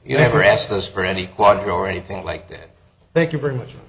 you never asked us for any quadro or anything like that thank you very much